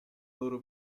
loro